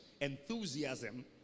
enthusiasm